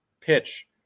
pitch